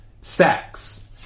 stacks